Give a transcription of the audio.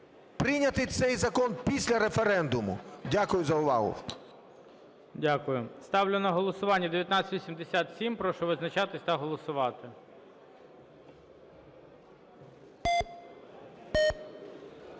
прийняти цей закон після референдуму. Дякую за увагу. ГОЛОВУЮЧИЙ. Дякую. Ставлю на голосування 1987. Прошу визначатись та голосувати.